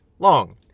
long